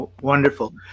Wonderful